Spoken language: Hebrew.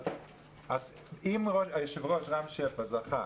אז אם היושב-ראש רם שפע זכה